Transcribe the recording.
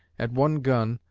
at one gun,